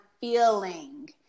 feeling